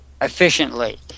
efficiently